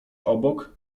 obok